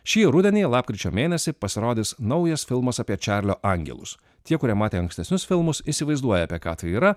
šį rudenį lapkričio mėnesį pasirodys naujas filmas apie čarlio angelus tie kurie matė ankstesnius filmus įsivaizduoja apie ką tai yra